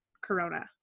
corona